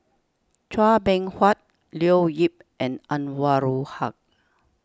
Chua Beng Huat Leo Yip and Anwarul Haque